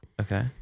Okay